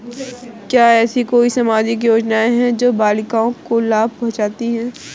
क्या ऐसी कोई सामाजिक योजनाएँ हैं जो बालिकाओं को लाभ पहुँचाती हैं?